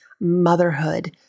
motherhood